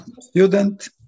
student